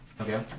Okay